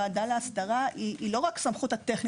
הממונה על רשות האסדרה.) לא הייתה סמכות,